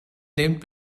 nehmt